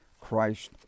Christ